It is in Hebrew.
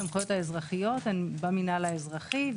הסמכויות האזרחיות במינהל האזרחי,